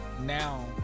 now